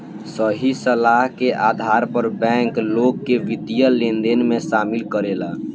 सही सलाह के आधार पर बैंक, लोग के वित्तीय लेनदेन में शामिल करेला